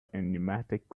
pneumatic